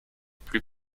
plus